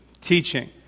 Teaching